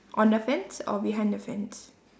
on the fence or behind the fence